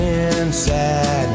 inside